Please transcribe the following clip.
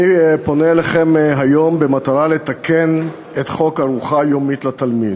אני פונה אליכם היום במטרה לתקן את חוק ארוחה יומית לתלמיד,